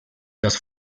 las